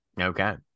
Okay